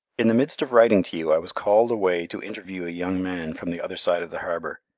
in the midst of writing to you i was called away to interview a young man from the other side of the harbour.